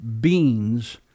beans